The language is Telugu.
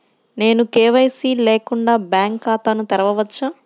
నేను కే.వై.సి లేకుండా బ్యాంక్ ఖాతాను తెరవవచ్చా?